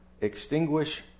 extinguish